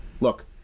look